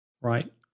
right